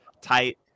tight